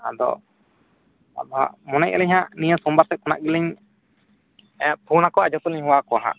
ᱟᱫᱚ ᱟᱫᱚᱦᱟᱜ ᱢᱚᱱᱮᱭᱮᱫᱼᱟᱞᱤᱧ ᱦᱟᱜ ᱱᱤᱭᱟᱹ ᱥᱳᱢᱵᱟᱨ ᱥᱮᱫ ᱠᱷᱚᱱᱟᱜᱮᱞᱤᱧ ᱯᱷᱳᱱ ᱟᱠᱚᱣᱟ ᱡᱚᱛᱚᱞᱤᱧ ᱦᱚᱦᱚᱣᱟᱠᱚᱣᱟ ᱦᱟᱜ